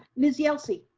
miss yelsey.